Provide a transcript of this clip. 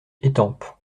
étampes